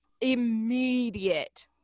Immediate